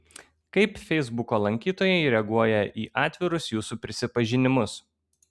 kaip feisbuko lankytojai reaguoja į atvirus jūsų prisipažinimus